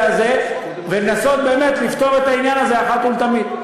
הזה ולנסות באמת לפתור את העניין הזה אחת ולתמיד.